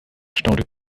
staunte